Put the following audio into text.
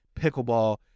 pickleball